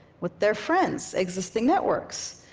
with their friends, existing networks,